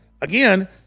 again